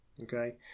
Okay